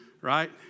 right